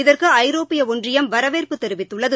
இதற்கு ஐரோப்பிய ஒன்றியம் வரவேற்பு தெரிவித்துள்ளது